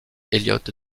elliott